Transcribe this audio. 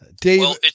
Dave